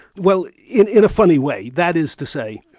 well in in a funny way. that is to say,